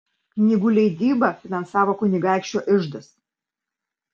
knygų leidybą finansavo kunigaikščio iždas